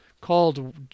called